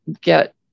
get